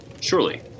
Surely